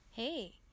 Hey